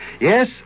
Yes